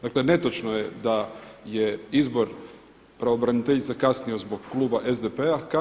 Dakle, netočno je da je izbor pravobraniteljice kasnio zbog kluba SDP-a.